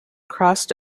crossed